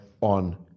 on